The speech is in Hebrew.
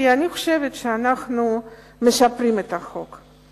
כי אני חושבת שאנחנו משפרים את החוק.